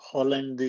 Holland